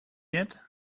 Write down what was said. yet